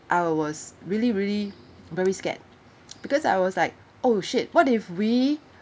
I was really really very scared because I was like oh shit what if we